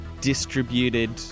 distributed